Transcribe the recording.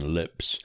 lips